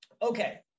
Okay